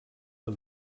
del